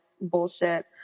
bullshit